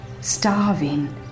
starving